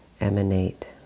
emanate